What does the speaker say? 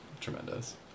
tremendous